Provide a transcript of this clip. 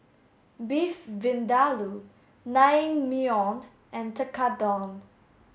Beef Vindaloo Naengmyeon and Tekkadon